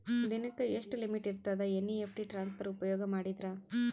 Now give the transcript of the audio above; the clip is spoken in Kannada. ದಿನಕ್ಕ ಎಷ್ಟ ಲಿಮಿಟ್ ಇರತದ ಎನ್.ಇ.ಎಫ್.ಟಿ ಟ್ರಾನ್ಸಫರ್ ಉಪಯೋಗ ಮಾಡಿದರ?